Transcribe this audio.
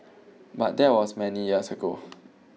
but that was many years ago